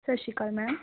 ਸਤਿ ਸ਼੍ਰੀ ਅਕਾਲ ਮੈਮ